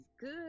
good